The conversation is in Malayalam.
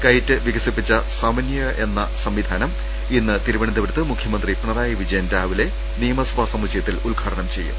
കൈറ്റ് വികസിപ്പിച്ച സമന്ധയ എന്ന് ഈ സംവിധാനം ഇന്ന് തിരുവന ന്തപുരത്ത് മുഖ്യമന്ത്രി പിണറായി വിജയൻ രാവിലെ നിയമസഭാ സമു ച്ചയത്തിൽ ഉദ്ഘാടനം ചെയ്യും